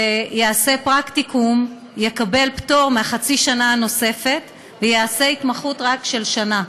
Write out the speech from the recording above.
ויעשה פרקטיקום יקבל פטור מחצי השנה הנוספת ויעשה רק התמחות של שנה.